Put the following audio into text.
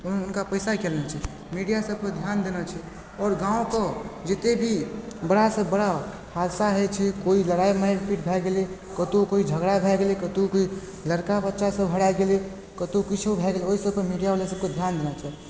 तऽ हुनका पैसा किएक लेना छै मीडियासब पर ध्यान देना छै आओर गाँवके जते भी बड़ा सँ बड़ा हादसा होइ छै कोइ लड़ाइ मारि पीट भए गेलय कतहु कोइ झगड़ा भए गेलय कतहु कोइ लड़का बच्चा सब हराइ गेलय कतहु कुछो भए गेलय ओइ सबपर मीडियावला सबके ध्यान देना चाही